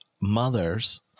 mothers